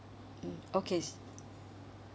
mm okay